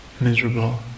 miserable